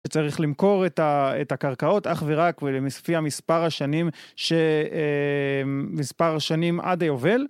שצריך למכור את הקרקעות אך ורק לפי המספר השנים עד היובל.